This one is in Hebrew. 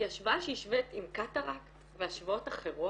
כי השוואה שהשווית עם קטרקט והשוואות אחרות